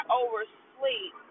oversleep